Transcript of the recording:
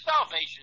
salvation